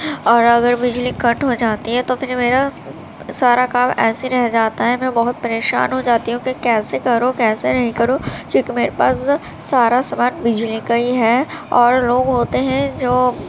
اور اگر بجلی کٹ ہو جاتی ہے تو پھر میرا سارا کام ایسے رہ جاتا ہے میں بہت پریشان ہو جاتی ہوں کہ کیسے کروں کیسے نہیں کروں کیونکہ میرے پاس سارا سامان بجلی کا ہی ہے اور لوگ ہوتے ہیں جو